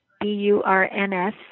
B-U-R-N-S